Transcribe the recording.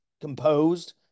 composed